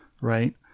right